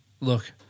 look